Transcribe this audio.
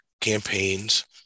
campaigns